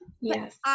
Yes